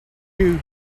you